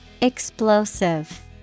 Explosive